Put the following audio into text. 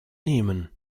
nehmen